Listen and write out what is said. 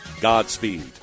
Godspeed